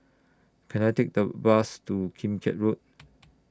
Can I Take The Bus to Kim Keat Road